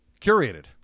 Curated